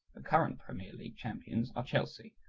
current premier league champions are chelsea,